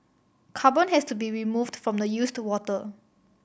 carbon has to be removed from the used water